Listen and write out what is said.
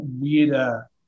weirder